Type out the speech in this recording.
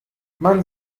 man